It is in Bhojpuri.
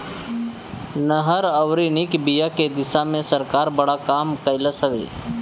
नहर अउरी निक बिया के दिशा में सरकार बड़ा काम कइलस हवे